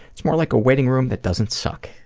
it's more like a waiting room that doesn't suck.